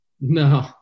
No